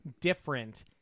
different